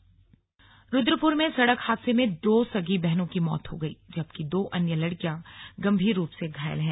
slug दुर्घटना रुद्रपुर में सड़क हादसे में दो सगी बहनो की मौत हो गई जबकि दो अन्य लड़कियां गंभीर रूप से घायल हैं